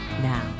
now